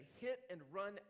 hit-and-run